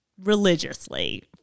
Religiously